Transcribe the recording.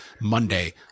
Monday